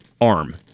arm